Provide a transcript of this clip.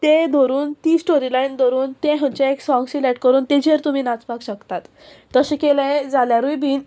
तें धरून ती स्टोरी लायन धरून तें खंयचे एक सोंग सिलेक्ट करून ताजेर तुमी नाचपाक शकतात तशें केलें जाल्यारूय बी